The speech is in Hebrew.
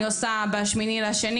אני עושה ב-8 בפברואר,